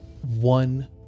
one